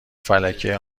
فلکه